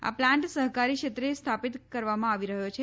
આ પ્લાન્ટ સહકારી ક્ષેત્રે સ્થાપિત કરવામાં આવી રહ્યો છે